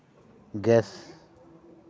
gas